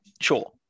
sure